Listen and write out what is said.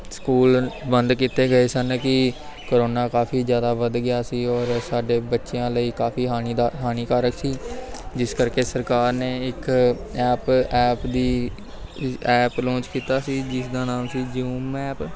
school ਬੰਦ ਕੀਤੇ ਗਏ ਸਨ ਕਿ ਕਰੋਨਾ ਕਾਫੀ ਜ਼ਿਆਦਾ ਵੱਧ ਗਿਆ ਸੀ ਔਰ ਸਾਡੇ ਬੱਚਿਆਂ ਲਈ ਕਾਫੀ ਹਾਨੀ ਦਾ ਹਾਨੀਕਾਰਕ ਸੀ ਜਿਸ ਕਰਕੇ ਸਰਕਾਰ ਨੇ ਇੱਕ ਐਪ ਐਪ ਦੀ ਇ ਐਪ ਲੌਂਚ ਕੀਤਾ ਸੀ ਜਿਸ ਦਾ ਨਾਮ ਸੀ ਜੂਮ ਐਪ